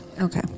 Okay